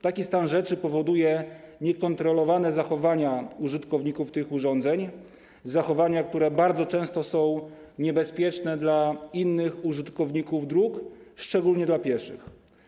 Taki stan rzeczy powoduje niekontrolowane zachowania użytkowników tych urządzeń, zachowania, które bardzo często są niebezpieczne dla innych użytkowników dróg, szczególnie dla pieszych.